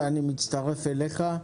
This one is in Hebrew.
אני מצטרף אליך.